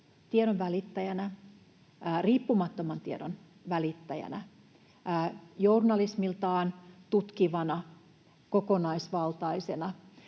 Ylen asemaa riippumattoman tiedon välittäjänä, journalismiltaan tutkivana ja kokonaisvaltaisena.